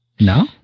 no